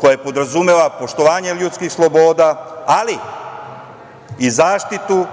koje podrazumeva poštovanje ljudskih sloboda, ali i zaštitu